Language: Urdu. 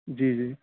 جی جی